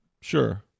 Sure